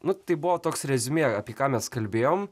nu tai buvo toks reziumė apie ką mes kalbėjom